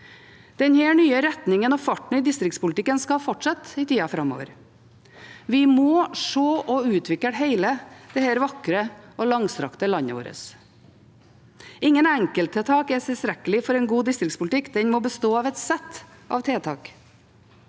Denne nye retningen og farten i distriktspolitikken skal fortsette i tida framover. Vi må se og utvikle hele dette vakre og langstrakte landet vårt. Ingen enkelttiltak er tilstrekkelig for en god distriktspolitikk, den må bestå av et sett av tiltak.